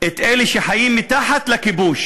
את אלה שחיים תחת הכיבוש